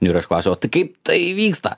niu ir aš klausiau o tai kaip tai įvyksta